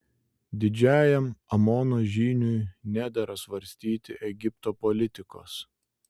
didžiajam amono žyniui nedera svarstyti egipto politikos